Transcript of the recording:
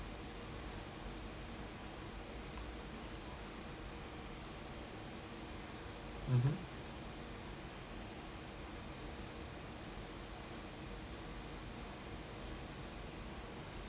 mmhmm